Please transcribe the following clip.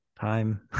time